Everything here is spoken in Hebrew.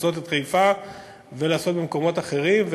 את חיפה לעשות במקומות אחרים.